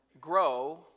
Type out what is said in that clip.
grow